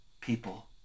people